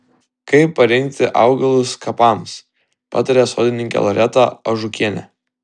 kaip parinkti augalus kapams pataria sodininkė loreta ažukienė